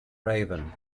raven